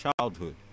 childhood